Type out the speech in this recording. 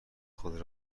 خود